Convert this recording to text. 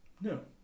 No